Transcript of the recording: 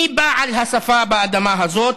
מי בעל השפה באדמה הזאת?